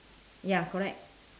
ya correct